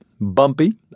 bumpy